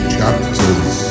chapters